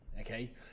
okay